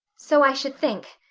so i should think,